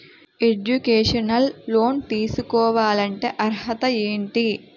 Educational loan తీసుకోవాలంటే అర్హత ఏంటి?